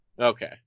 Okay